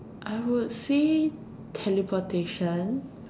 I would say teleportation